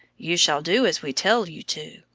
you shall do as we tell you to,